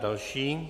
Další.